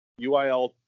UIL